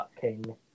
King